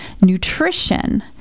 nutrition